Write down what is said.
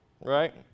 Right